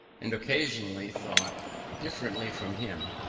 and occasionally thought differently from him,